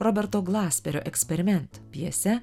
roberto glasperio eksperiment pjese